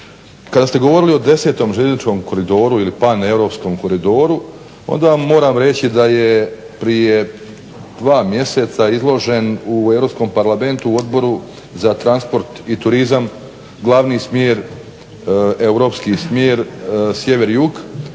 Kada ste govorili o 10. željezničkom koridoru ili paneuropskom koridoru onda moram reći da je prije dva mjeseca izložen u Europskom parlamentu u odboru za transport i turizam glavni smjer, europski smjer sjever-jug